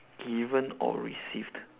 given or received